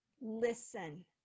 listen